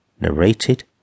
narrated